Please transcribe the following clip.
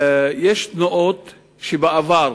יש תנועות שבעבר,